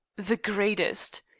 the greatest.